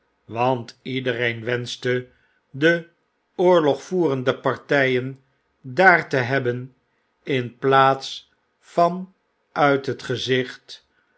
want iedereen wenschte de oorlogvoerende partyen ddr te hebben in plaats van uit het gezicht